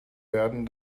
werden